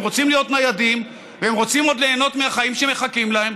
הם רוצים להיות ניידים והם רוצים עוד ליהנות מהחיים שמחכים להם.